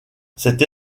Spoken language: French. cette